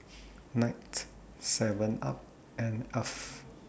Knight Seven up and Alf